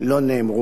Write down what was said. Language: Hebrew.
תודה לאדוני.